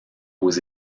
aux